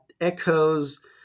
echoes